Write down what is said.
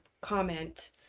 comment